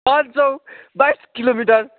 पाँच सौ बाइस किलोमिटार